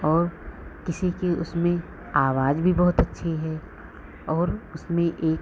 और किसी की उसमें आवाज़ भी बहुत अच्छी है और उसमें एक